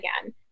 again